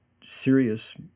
serious